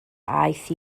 aeth